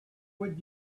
would